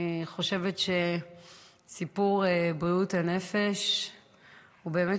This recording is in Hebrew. אני חושבת שסיפור בריאות הנפש באמת